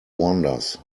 wanders